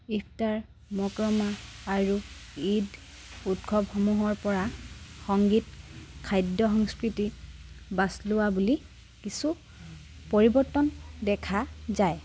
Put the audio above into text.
ইফতাৰ মক্ৰমা আৰু ঈদ উৎসৱসমূহৰ পৰা সংগীত খাদ্য সংস্কৃতি বাছলোৱা বুলি কিছু পৰিৱৰ্তন দেখা যায়